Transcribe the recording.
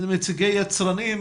נציגי יצרנים,